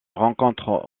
rencontre